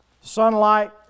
sunlight